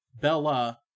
Bella